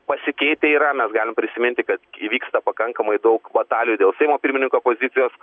pasikeitę yra mes galim prisiminti kad įvyksta pakankamai daug batalijų dėl seimo pirmininko pozicijos